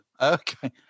Okay